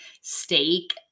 steak